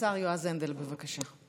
השר יועז הנדל, בבקשה.